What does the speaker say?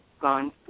gone